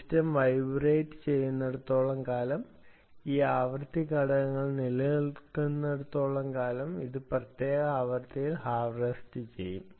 system വൈബ്രേറ്റുചെയ്യുന്നിടത്തോളം കാലം ഈ ആവൃത്തി ഘടകങ്ങൾ നിലനിൽക്കുന്നിടത്തോളം കാലം അത് പ്രത്യേക ആവൃത്തിയിൽ ഹാർവെസ്റ് ചെയ്യും